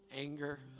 anger